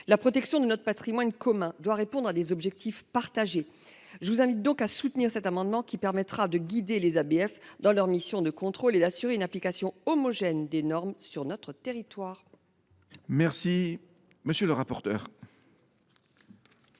La protection de notre patrimoine commun doit répondre à des objectifs partagés. Je vous invite donc, mes chers collègues, à soutenir cet amendement qui permettra de guider les ABF dans leur mission de contrôle et d’assurer une application homogène des normes sur notre territoire. Pas bête ! Quel